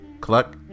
Cluck